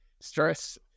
stress